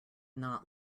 not